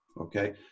Okay